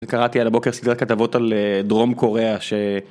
אני קראתי על הבוקר סדרת כתבות על דרום קוריאה ש...